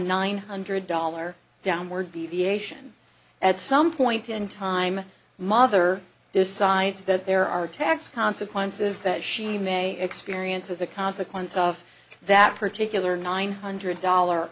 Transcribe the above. nine hundred dollar downward deviation at some point in time a mother decides that there are tax consequences that she may experience as a consequence of that particular nine hundred dollar